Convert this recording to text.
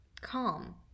calm